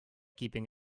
keeping